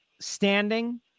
standing